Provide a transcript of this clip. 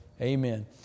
Amen